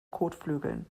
kotflügeln